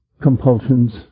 compulsions